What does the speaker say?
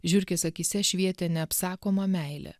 žiurkės akyse švietė neapsakoma meilė